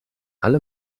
alle